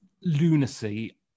lunacy